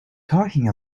talking